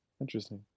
interesting